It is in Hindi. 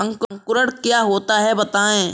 अंकुरण क्या होता है बताएँ?